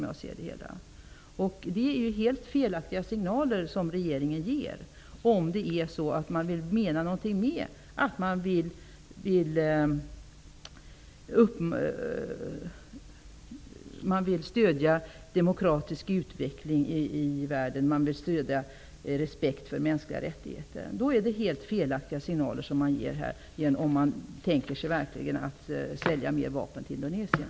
Regeringen ger i så fall helt felaktiga signaler om stödet för den demokratiska utvecklingen i världen och respekten för mänskliga rättigheter. Det är att ge helt felaktiga signaler om regeringen tänker sig att sälja fler vapen till Indonesien.